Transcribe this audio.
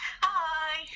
Hi